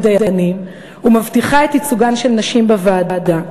דיינים ומבטיחה את ייצוגן של נשים בוועדה.